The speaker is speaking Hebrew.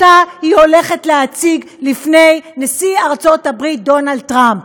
שהיא הולכת להציג לפני נשיא ארצות-הברית דונלד טראמפ?